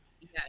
Yes